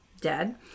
dead